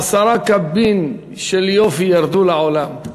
עשרה קבין של יופי ירדו לעולם,